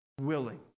willing